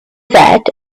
that